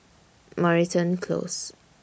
Moreton Close